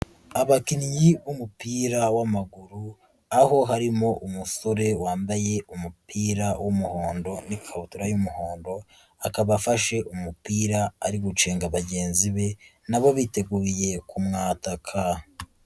Abakinnyi b'umupira w'amaguru, aho harimo umusore wambaye umupira w'umuhondo n'ikabutura y'umuhondo, akaba afashe umupira ari gucenga bagenzi be, na bo biteguye kumwataka.